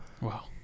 wow